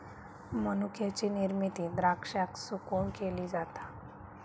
मनुक्याची निर्मिती द्राक्षांका सुकवून केली जाता